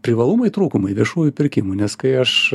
privalumai trūkumai viešųjų pirkimų nes kai aš